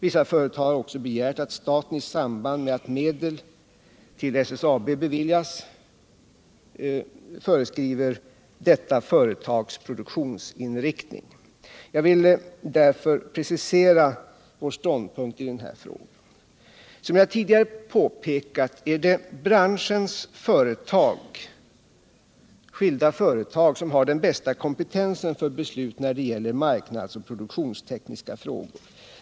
Vissa företag har också begärt att staten i samband med att medel till SSAB beviljas föreskriver detta företags produktionsinriktning. Jag vill därför precisera vår ståndpunkt i den här frågan. Som jag tidigare påpekat är det branschens skilda företag som har den bästa kompetensen för beslut när det gäller marknadsoch produktionstekniska frågor.